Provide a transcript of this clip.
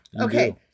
Okay